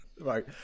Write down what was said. right